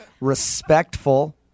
respectful